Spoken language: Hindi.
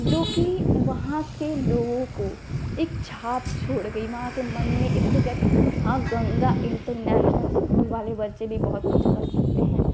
जो कि वहाँ के लोगों को एक छाप छोड़ गया वहाँ के मन में एक हो गया कि हाँ गंगा इन्टरनेशनल स्कूल वाले बच्चे भी बहुत कुछ कर सकते हैं